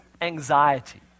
anxiety